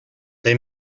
they